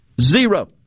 zero